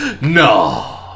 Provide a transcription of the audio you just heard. No